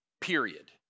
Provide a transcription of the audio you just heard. Period